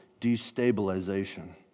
destabilization